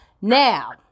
now